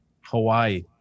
Hawaii